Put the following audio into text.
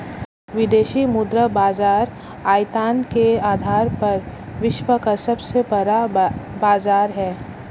विदेशी मुद्रा बाजार आयतन के आधार पर विश्व का सबसे बड़ा बाज़ार है